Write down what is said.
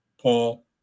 Paul